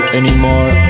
anymore